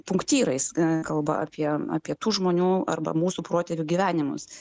punktyrais kalba apie apie tų žmonių arba mūsų protėvių gyvenimus